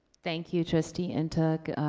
thank you, trustee and ntuk.